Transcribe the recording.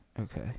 Okay